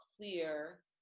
clear